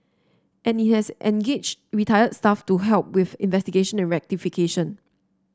and it has engaged retired staff to help with investigation and rectification